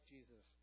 Jesus